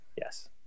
Yes